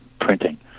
printing